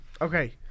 Okay